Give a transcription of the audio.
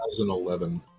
2011